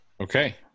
Okay